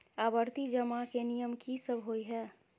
आवर्ती जमा केँ नियम की सब होइ है?